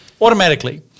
automatically